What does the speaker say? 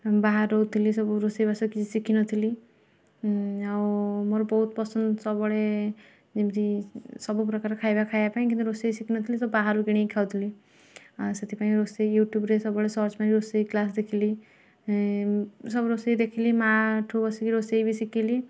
ବାହାରେ ରହୁଥିଲି ସବୁ ରୋଷେଇବାସ କିଛି ଶିଖି ନଥିଲି ଆଉ ମୋର ବହୁତ ପସନ୍ଦ ସବୁବେଳେ ଯେମତି ସବୁ ପ୍ରକାର ଖାଇବା ଖାଇବା ପାଇଁ କିନ୍ତୁ ରୋଷେଇ ଶିଖିନଥିଲି ତ ବାହାରୁ କିଣିକି ଖାଉଥିଲି ସେଥିପାଇଁ ରୋଷେଇ ୟୁଟ୍ୟୁବରେ ସବୁବେଳେ ସର୍ଚ୍ଚ ପାଇଁ ରୋଷେଇ କ୍ଲାସ୍ ଦେଖିଲି ସବୁ ରୋଷେଇ ଦେଖିଲି ମାଆ ଠୁ ବସିକି ରୋଷେଇ ବି ଶିଖିଲି